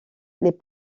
les